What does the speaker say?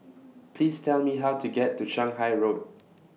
Please Tell Me How to get to Shanghai Road